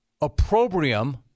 opprobrium